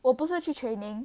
我不是去 training